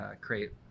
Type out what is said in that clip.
create